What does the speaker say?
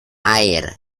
air